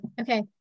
Okay